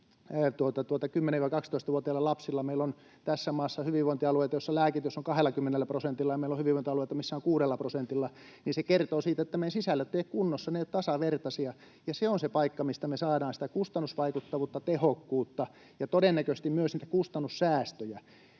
10—12-vuotiailla lapsilla. Meillä on tässä maassa hyvinvointialueita, joissa lääkitys on 20 prosentilla, ja meillä on hyvinvointialueita, missä se on kuudella prosentilla. Se kertoo siitä, että meidän sisällöt eivät ole kunnossa, ne eivät ole tasavertaisia. Ja se on se paikka, mistä me saadaan sitä kustannusvaikuttavuutta, tehokkuutta ja todennäköisesti myös niitä kustannussäästöjä.